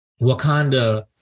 Wakanda